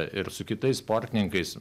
ir su kitais sportininkais